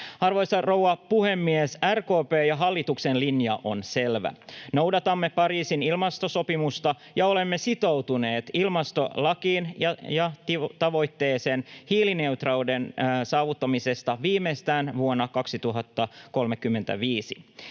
Arvoisa rouva puhemies! RKP:n ja hallituksen linja on selvä. Noudatamme Pariisin ilmastosopimusta ja olemme sitoutuneet ilmastolakiin ja tavoitteeseen hiilineutraaliuden saavuttamisesta viimeistään vuonna 2035.